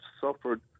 suffered